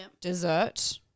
dessert